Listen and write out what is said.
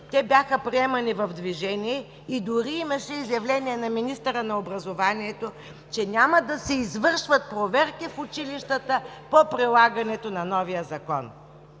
Те бяха приемани в движение. Дори имаше изявление на министъра на образованието, че няма да се извършват проверки в училищата по прилагането на новия Закон.